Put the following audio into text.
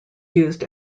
used